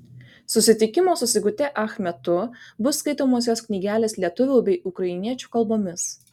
susitikimo su sigute ach metu bus skaitomos jos knygelės lietuvių bei ukrainiečių kalbomis